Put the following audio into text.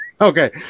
okay